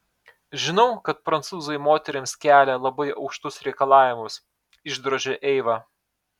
žinau kad prancūzai moterims kelia labai aukštus reikalavimus išdrožė eiva